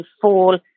fall